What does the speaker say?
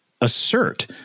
assert